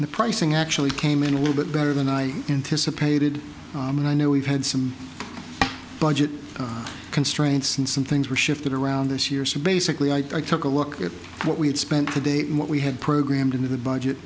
the pricing actually came in a little bit better than i anticipated and i know we've had some budget constraints and some things were shifted around this year so basically i took a look at what we had spent today and what we had programmed into the budget